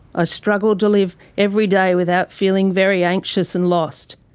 ah struggle to live every day without feeling very anxious and lost.